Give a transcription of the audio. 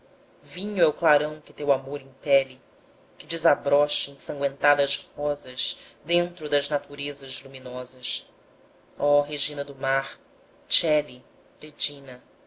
é o clarão que teu amor impele que desabrocha ensangüentadas rosas dentro das naturezas luminosas ó regina do mar coeli regina